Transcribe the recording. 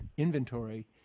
inventory.